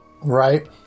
Right